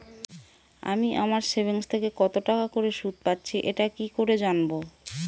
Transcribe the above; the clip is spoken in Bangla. আমি আমার সেভিংস থেকে কতটাকা করে সুদ পাচ্ছি এটা কি করে জানব?